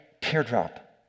teardrop